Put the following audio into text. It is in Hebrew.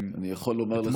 אני יכול לומר לך,